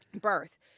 birth